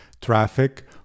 traffic